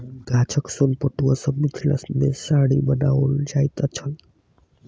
गाछक सोन पटुआ सॅ मिथिला मे साड़ी बनाओल जाइत छल